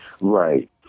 Right